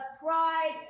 pride